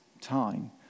time